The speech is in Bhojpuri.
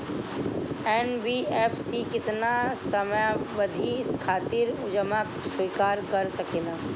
एन.बी.एफ.सी केतना समयावधि खातिर जमा स्वीकार कर सकला?